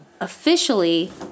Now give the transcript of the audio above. officially